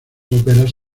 óperas